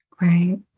right